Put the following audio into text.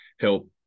help